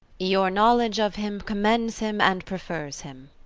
your knowledge of him commends him and prefers him.